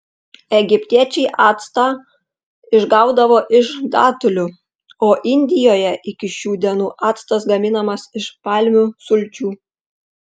egiptiečiai actą išgaudavo iš datulių o indijoje iki šių dienų actas gaminamas iš palmių sulčių